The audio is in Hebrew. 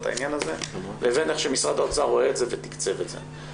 העניין הזה לבין איך שמשרד האוצר רואה את זה ותקצב את זה.